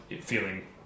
feeling